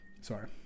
sorry